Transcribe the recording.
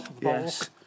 yes